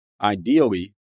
Ideally